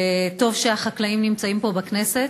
טוב שהחקלאים נמצאים פה בכנסת,